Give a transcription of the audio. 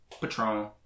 Patron